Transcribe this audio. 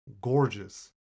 gorgeous